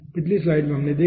पिछली स्लाइड में हमने देखा